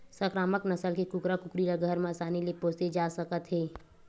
संकरामक नसल के कुकरा कुकरी ल घर म असानी ले पोसे जा सकत हे